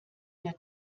der